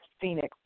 Phoenix